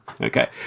Okay